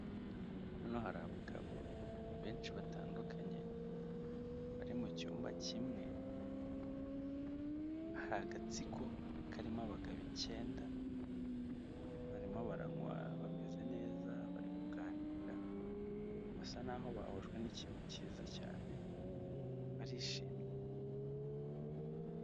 Hano hari abagabo benshi batandukanye, bari mu cyumba kimwe, hari agatsiko karimo abagabo icyenda, barimo baranywa bameze neza bari kuganira basa naho bahujwe n'ikintu cyiza cyane barishimye.